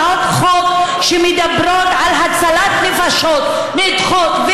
הצעות חוק שמדברות על הצלת נפשות נדחות,